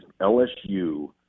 LSU